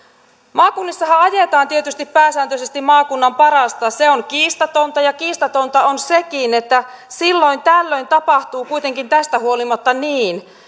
maakunnissahan ajetaan tietysti pääsääntöisesti maakunnan parasta se on kiistatonta kiistatonta on sekin että silloin tällöin tapahtuu kuitenkin tästä huolimatta niin